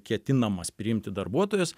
ketinamas priimti darbuotojas